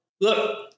Look